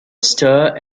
stir